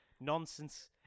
Nonsense